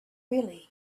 really